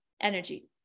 energy